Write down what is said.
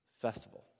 festival